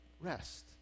rest